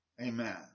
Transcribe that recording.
Amen